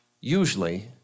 Usually